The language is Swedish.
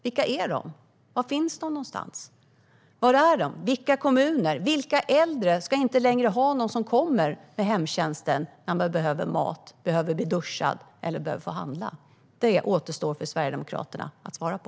Vilka är de? Var finns de någonstans? I vilka kommuner? Vilka äldre ska inte längre ha någon som kommer från hemtjänsten när de behöver mat, behöver bli duschade eller behöver handla? Det återstår för Sverigedemokraterna att svara på.